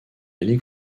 ligue